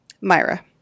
Myra